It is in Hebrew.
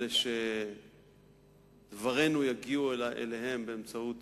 אלה שדברינו יגיעו אליהם באמצעות